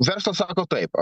verslas sako taip